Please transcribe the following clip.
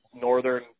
northern